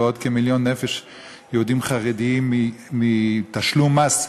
ועוד כמיליון נפש יהודים חרדים מתשלום מס,